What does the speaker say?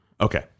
Okay